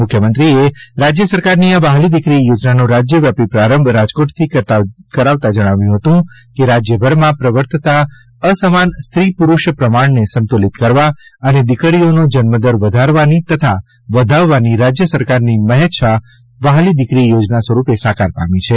મુખ્યમંત્રીશ્રીએ રાજ્ય સરકારની આ વ્હાલી દિકરી યોજનાનો રાજ્યવ્યાપી પ્રારંભ રાજકોટથી કરાવતાં જણાવ્યું કે રાજયભરમાં પ્રવર્તતા અસમાન સ્ત્રી પુરૂષ પ્રમાણને સંતુલિત કરવા અને દીકરીઓનો જન્મદર વધારવાની તથા વધાવવાની રાજય સરકારની મહેચ્છા વ્હાલી દીકરી યોજના સ્વરૂપે સાકાર પામી છે